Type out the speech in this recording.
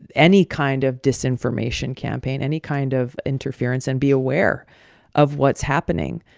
any kind of disinformation campaign, any kind of interference and be aware of what's happening.